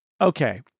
okay